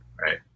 Right